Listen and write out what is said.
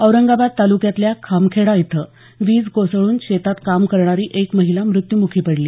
औरंगाबाद तालुक्यातल्या खामखेडा इथं वीज कोसळून शेतात काम करणारी एक महिला मृत्युमुखी पडली